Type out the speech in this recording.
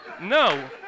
No